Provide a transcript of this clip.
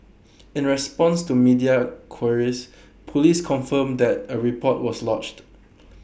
in response to media queries Police confirmed that A report was lodged